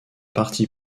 parti